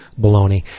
baloney